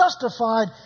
justified